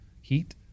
heat